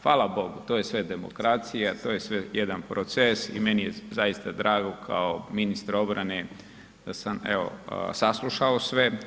Hvala Bogu, to je sve demokracija, to je sve jedan proces i meni je zaista drago kao ministra obrane da sam evo saslušao sve.